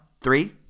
Three